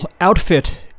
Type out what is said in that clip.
outfit